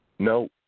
No